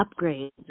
upgrades